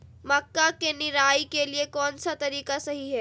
मक्का के निराई के लिए कौन सा तरीका सही है?